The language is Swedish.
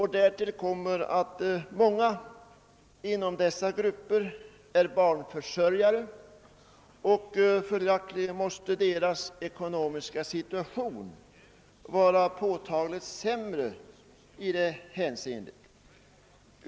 Härtill kommer att många inom dessa låglönegrupper är barnförsörjare; följaktligen måste deras ekonomiska situation vara påtagligt sämre i det hänseendet.